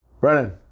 Brennan